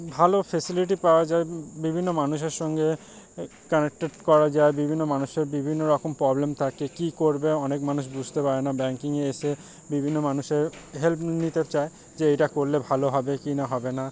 ভালো ফেসিলিটি পাওয়া যায় বিভিন্ন মানুষের সঙ্গে এ কানেক্টেড করা যায় বিভিন্ন মানুষের বিভিন্ন রকম প্রবলেম থাকে কী করবে অনেক মানুষ বুঝতে পারে না ব্যাঙ্কিংয়ে এসে বিভিন্ন মানুষের হেল্প নিতে চায় যে এটা করলে ভালো হবে কি না হবে না